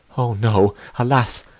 o, no! alas,